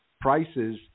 prices